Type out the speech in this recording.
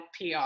PR